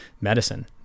medicine